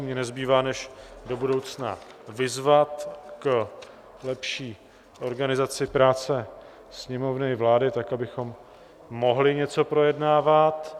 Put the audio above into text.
Mně nezbývá než do budoucna vyzvat k lepší organizaci práce Sněmovny i vlády, tak abychom mohli něco projednávat.